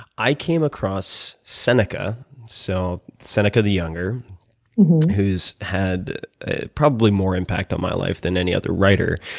i came across seneca so, seneca, the younger who's had probably more impact on my life than any other writer